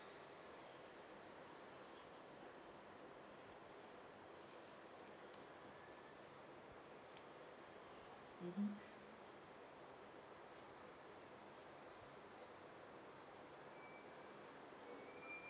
mmhmm